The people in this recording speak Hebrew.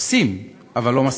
עושים, אבל לא מספיק.